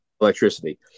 electricity